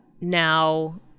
now